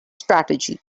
strategy